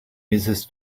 mrs